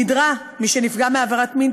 נדרש נפגע עבירות המין,